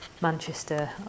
manchester